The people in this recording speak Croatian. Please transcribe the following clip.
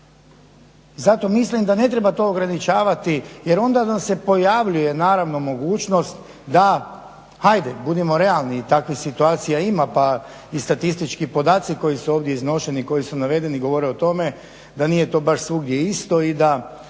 Zato mislim da ne treba to ograničavati jer onda nam se pojavljuje naravno mogućnost da, ajde budimo realni i takvih situacija ima pa i statistički podaci koji su ovdje iznošeni, koji su navedeni govore o tome da nije to baš svugdje isto i da